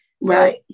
right